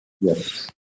Yes